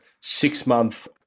six-month